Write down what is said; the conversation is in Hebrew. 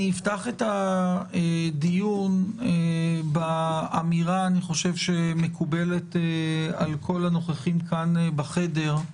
אפתח את הדיון באמירה שמקובלת על כל הנוכחים כאן בחדר,